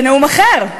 בנאום אחר,